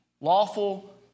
Lawful